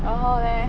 然后 leh